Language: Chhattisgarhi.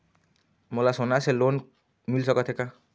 मोला सोना से लोन मिल सकत हे का?